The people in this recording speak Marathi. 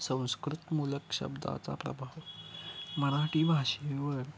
संस्कृतमूलक शब्दाचा प्रभाव मराठी भाषेवर